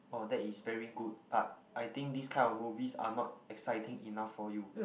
oh that is very good but I think this kind of movies are not exciting enough for you